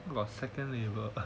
about second label ah